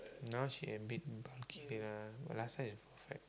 now she a bit bulky lah but last time is perfect